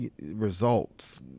results